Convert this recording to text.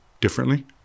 differently